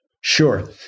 Sure